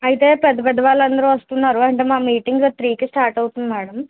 అయితే పెద్ద పెద్ద వాళ్ళందరూ వస్తున్నారు అంటే మా మీటింగ్ త్రీకి స్టార్ట్ అవుతుంది మేడం